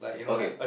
okay